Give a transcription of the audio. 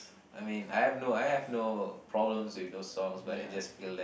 I mean I have no I have no problems with those songs but it just feel that